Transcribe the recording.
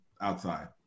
outside